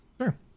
Sure